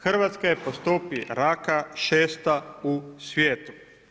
Hrvatska je po stopi raka 6. u svijetu.